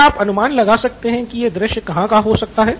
क्या आप अनुमान लगा सकते हैं कि यह दृश्य कहाँ का हो सकता है